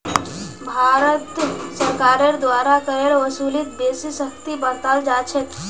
भारत सरकारेर द्वारा करेर वसूलीत बेसी सख्ती बरताल जा छेक